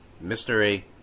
mystery